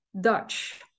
Dutch